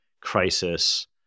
crisis